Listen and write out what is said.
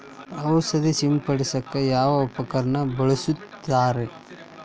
ಔಷಧಿ ಸಿಂಪಡಿಸಕ ಯಾವ ಉಪಕರಣ ಬಳಸುತ್ತಾರಿ?